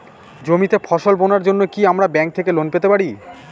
জমিতে ফসল বোনার জন্য কি আমরা ব্যঙ্ক থেকে লোন পেতে পারি?